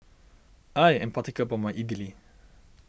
I am particular about my Idili